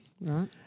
Right